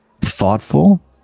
thoughtful